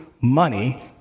money